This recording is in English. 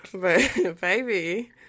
baby